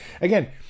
again